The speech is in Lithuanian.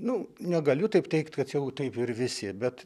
nu negaliu taip teigt kad jau taip ir visi bet